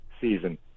season